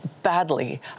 Badly